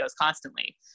constantly